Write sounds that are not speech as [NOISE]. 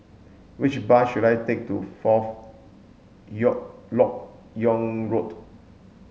which bus should I take to Fourth [UNINTELLIGIBLE] Lok Yang Road